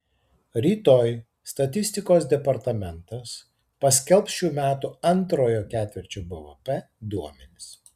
rytoj statistikos departamentas paskelbs šių metų antrojo ketvirčio bvp duomenis